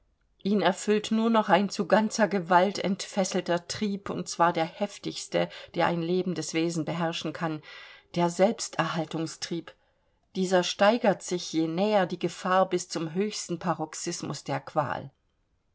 ihn erfüllt nur noch ein zu ganzer gewalt entfesselter trieb und zwar der heftigste der ein lebendes wesen beherrschen kann der selbsterhaltungstrieb dieser steigert sich je näher die gefahr bis zum höchsten paroxysmus der qual